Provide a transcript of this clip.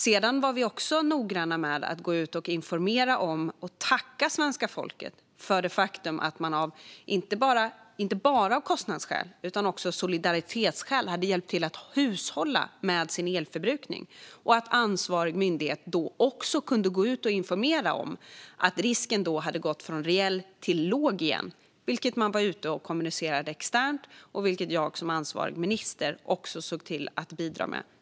Sedan var vi också noggranna med att gå ut och informera om behovet av att, inte bara av kostnadsskäl utan också av solidaritetsskäl, hushålla med elförbrukningen. Vi tackade också svenska folket för att man hjälpte till med detta. Ansvarig myndighet kunde efter det gå ut och informera om att risken hade gått från reell tillbaka till låg. Detta gick myndigheten ut och kommunicerade externt, och även jag som ansvarig minister såg till att bidra med det.